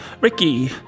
Ricky